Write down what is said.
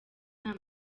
nta